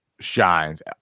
shines